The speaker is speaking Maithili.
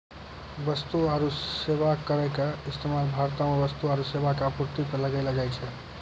वस्तु आरु सेबा करो के इस्तेमाल भारतो मे वस्तु आरु सेबा के आपूर्ति पे लगैलो जाय छै